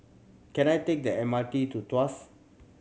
can I take the M R T to Tuas